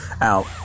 out